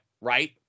right